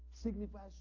Signifies